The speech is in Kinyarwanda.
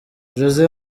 josé